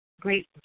Great